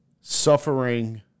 Suffering